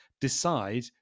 decide